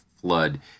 flood